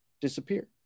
disappear